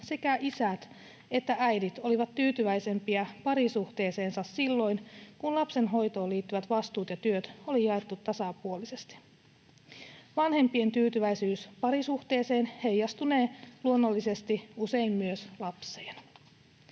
sekä isät että äidit olivat tyytyväisempiä parisuhteeseensa silloin, kun lapsen hoitoon liittyvät vastuut ja työt oli jaettu tasapuolisesti. Vanhempien tyytyväisyys parisuhteeseen heijastunee luonnollisesti usein myös lapsiin.